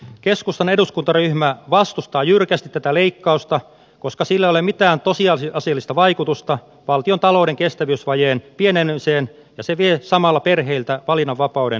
keskustan eduskuntaryhmä vastustaa jyrkästi tätä leikkausta koska sillä ei ole mitään tosiasiallista vaikutusta valtiontalouden kestävyysvajeen pienenemiseen ja se vie samalla perheiltä valinnanvapauden lasten hoidossa